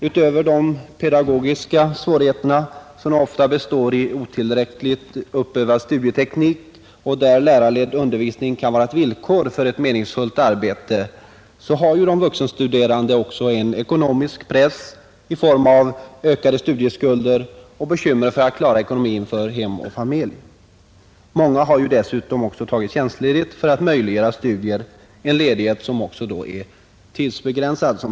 Utöver de pedagogiska svårigheterna, som ofta består i otillräckligt uppövad studieteknik varför lärarledd undervisning kan vara ett villkor för ett meningsfullt arbete, har de vuxenstuderande också en ekonomisk press i form av ökade studieskulder och bekymmer för att klara ekonomin för hem och familj. Många har dessutom tagit tjänstledighet för att möjliggöra studier — en tjänstledighet som i regel är tidsbegränsad.